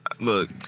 Look